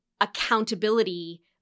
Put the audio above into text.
accountability